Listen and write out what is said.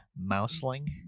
mouseling